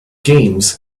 games